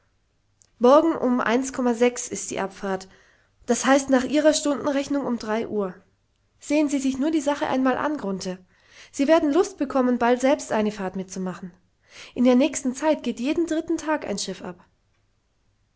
morgen um ist die abfahrt das heißt nach ihrer stundenrechnung um drei uhr sehen sie sich nur die sache einmal an grunthe sie werden lust bekommen bald selbst eine fahrt mitzumachen in der nächsten zeit geht jeden dritten tag ein schiff ab